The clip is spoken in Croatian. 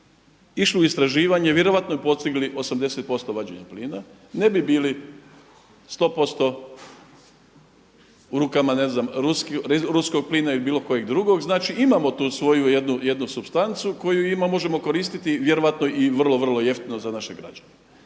išli u istraživanje vjerojatno bi postigli 80% vađenja plina, ne bi bilo 100% u rukama ne znam ruskog plina ili bilo kojeg drugog, znači imamo tu jednu supstancu koju možemo koristiti vjerojatno i vrlo, vrlo jeftino za naše građane.